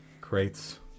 crates